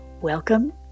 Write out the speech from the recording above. Welcome